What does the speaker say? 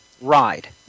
ride